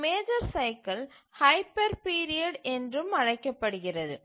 ஒரு major cycle hyper period என்றும் அழைக்கப்படுகிறது